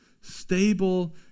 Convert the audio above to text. stable